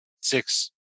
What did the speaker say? six